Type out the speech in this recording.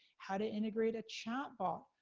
how to integrate a chatbot.